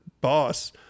boss